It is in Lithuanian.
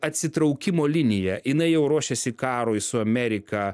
atsitraukimo liniją jinai jau ruošėsi karui su amerika